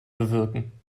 bewirken